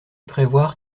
prévoir